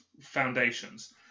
foundations